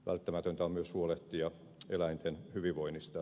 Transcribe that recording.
välttämätöntä on myös huolehtia eläinten hyvinvoinnista